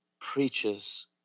preaches